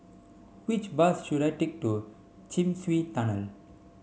which bus should I take to Chin Swee Tunnel